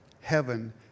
heaven